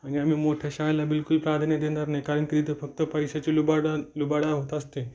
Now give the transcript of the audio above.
आणि आम्ही मोठ्या शाळेला बिलकुल प्राधान्य देणार नाही कारण की तिथं फक्त पैशाची लुबाडान् लुबाडा होत असते